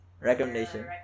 recommendation